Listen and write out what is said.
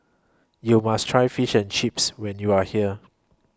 YOU must Try Fish and Chips when YOU Are here